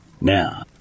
now